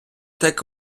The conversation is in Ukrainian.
так